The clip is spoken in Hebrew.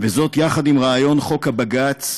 זאת, יחד עם רעיון חוק הבג"ץ,